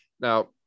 Now